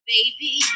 Baby